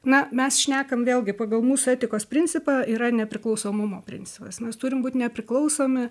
na mes šnekam vėlgi pagal mūsų etikos principą yra nepriklausomumo principas mes turim būti nepriklausomi